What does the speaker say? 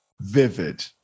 vivid